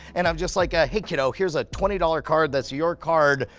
and i'm just like, ah hey kiddo, here's a twenty dollar card, that's your card,